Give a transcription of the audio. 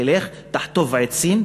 תלך תחטוב עצים,